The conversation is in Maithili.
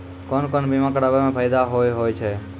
कोन कोन बीमा कराबै मे फायदा होय होय छै?